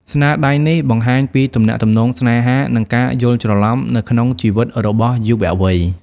ស្នាដៃនេះបង្ហាញពីទំនាក់ទំនងស្នេហា និងការយល់ច្រឡំនៅក្នុងជីវិតរបស់យុវវ័យ។